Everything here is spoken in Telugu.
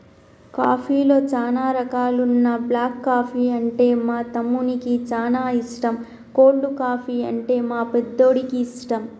కాఫీలో చానా రకాలున్న బ్లాక్ కాఫీ అంటే మా తమ్మునికి చానా ఇష్టం, కోల్డ్ కాఫీ, అంటే మా పెద్దోడికి ఇష్టం